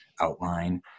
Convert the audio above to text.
outline